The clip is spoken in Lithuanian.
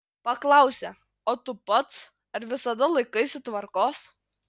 paklausę o tu pats ar visada laikaisi tvarkos